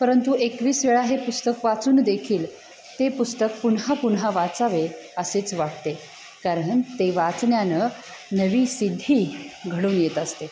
परंतु एकवीस वेळा हे पुस्तक वाचून देखील ते पुस्तक पुन्हा पुन्हा वाचावे असेच वाटते कारण ते वाचण्यानं नवी सिद्धी घडून येत असते